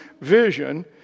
vision